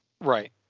right